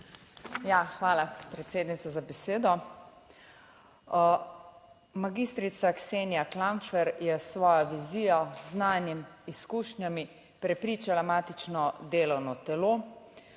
hvala predsednica za besedo. Magistrica Ksenija Klampfer je s svojo vizijo, z znanjem, izkušnjami prepričala matično delovno telo,